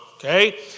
Okay